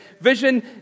vision